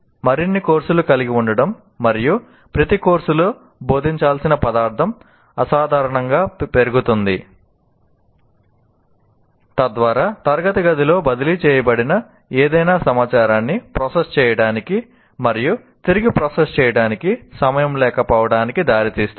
మరిన్ని కోర్సులు కలిగి ఉండటం మరియు ప్రతి కోర్సులో బోధించాల్సిన పదార్థం అసాధారణంగా పెరుగుతుంది తద్వారా తరగతి గదిలో బదిలీ చేయబడిన ఏదైనా సమాచారాన్ని ప్రాసెస్ చేయడానికి మరియు తిరిగి ప్రాసెస్ చేయడానికి సమయం లేకపోవటానికి దారితీస్తుంది